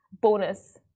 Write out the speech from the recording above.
bonus